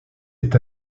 est